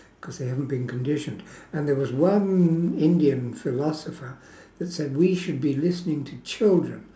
cause they haven't been conditioned and there was one indian philosopher that said we should be listening to children